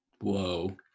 whoa